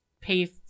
pay